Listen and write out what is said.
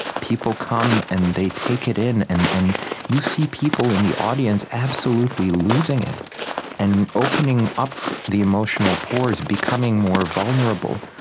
people come and they take it in. and and you see people in the audience absolutely losing it and opening up the emotional pores, becoming more vulnerable.